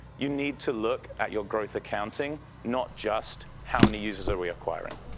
you need to look at your growth accounting, not just how many users are we acquiring.